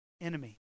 enemy